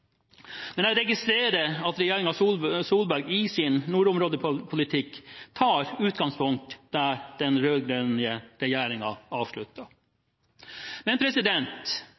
registrerer at regjeringen Solberg i sin nordområdepolitikk tar utgangspunkt i det den